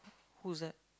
who's that